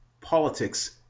politics